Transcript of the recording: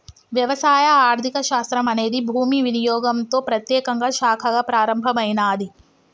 వ్యవసాయ ఆర్థిక శాస్త్రం అనేది భూమి వినియోగంతో ప్రత్యేకంగా శాఖగా ప్రారంభమైనాది